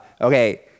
Okay